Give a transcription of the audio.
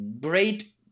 great